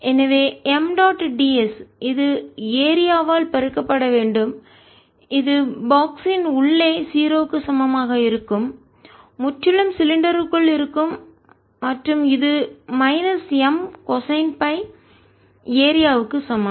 எனவே M dot ds இது area பரப்பளவு வால் பெருக்கப்பட வேண்டும் இது பாக்ஸ் பெட்டி யின் உள்ளே 0 க்கு சமமாக இருக்கும் முற்றிலும் சிலிண்டருக்குள் இருக்கும் மற்றும் இது மைனஸ் M கொசைன்Φ ஏரியா பரப்பளவு க்கு சமம்